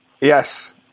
Yes